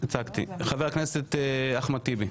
חבר הכנסת אחמד טיבי.